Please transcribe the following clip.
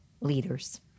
leaders